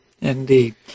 Indeed